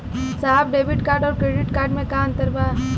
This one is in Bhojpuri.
साहब डेबिट कार्ड और क्रेडिट कार्ड में का अंतर बा?